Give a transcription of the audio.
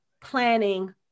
planning